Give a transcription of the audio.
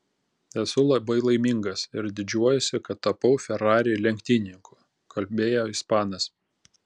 esu labai laimingas ir didžiuojuosi kad tapau ferrari lenktynininku kalbėjo ispanas